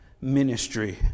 ministry